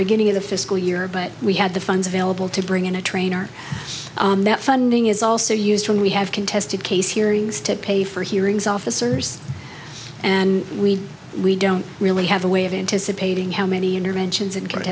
beginning of the fiscal year but we had the funds available to bring in a trainer that funding is also used when we have contested case hearings to pay for hearings officers and we we don't really have a way of anticipating how many interventions